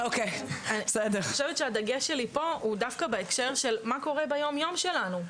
אני חושבת שהדגש שלי פה הוא דווקא בהקשר של מה קורה ביום יום שלנו,